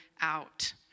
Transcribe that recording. out